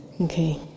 Okay